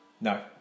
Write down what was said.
No